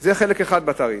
זה חלק אחד בתעריף.